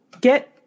get –